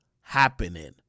happening